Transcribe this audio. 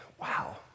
wow